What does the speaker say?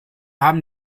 haben